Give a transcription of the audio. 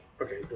Okay